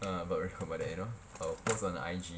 err but I'll record that you know I will post on I_G